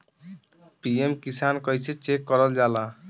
PM Kisan कइसे check करल जाला?